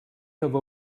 have